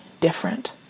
different